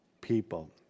people